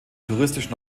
touristisch